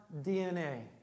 DNA